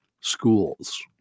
schools